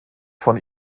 von